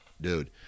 dude